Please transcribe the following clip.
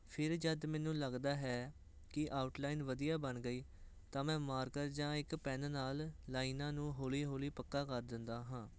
ਫਿਰ ਜਦੋਂ ਮੈਨੂੰ ਲੱਗਦਾ ਹੈ ਕਿ ਆਊਟਲਾਈਨ ਵਧੀਆ ਬਣ ਗਈ ਤਾਂ ਮੈਂ ਮਾਰਕਰ ਜਾਂ ਇੱਕ ਪੈਨ ਨਾਲ ਲਾਈਨਾਂ ਨੂੰ ਹੌਲੀ ਹੌਲੀ ਪੱਕਾ ਕਰ ਦਿੰਦਾ ਹਾਂ